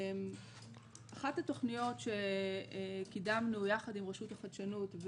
אחת התוכניות שקידמנו יחד עם רשות החדשנות,